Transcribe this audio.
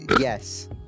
Yes